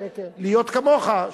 להיות כמוך,